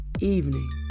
evening